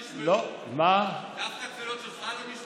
דווקא התפילות שלך לא נשמעו?